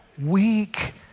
weak